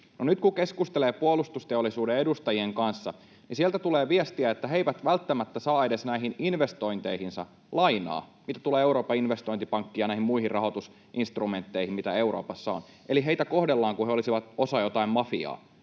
nyt kun keskustelee puolustusteollisuuden edustajien kanssa, niin sieltä tulee viestiä, että he eivät välttämättä saa edes näihin investointeihinsa lainaa, mitä tulee Euroopan investointipankkiin ja näihin muihin rahoitusinstrumentteihin, mitä Euroopassa on, eli heitä kohdellaan kuin he olisivat osa jotain mafiaa,